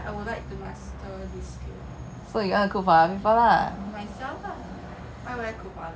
刚才你讲 [what] then 你就讲 oh then I don't need to uh wait for the guy to